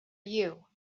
you